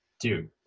dude